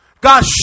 God